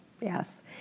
Yes